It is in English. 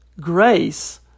Grace